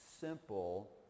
simple